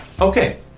Okay